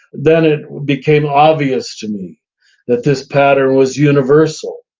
then it became obvious to me that this pattern was universal.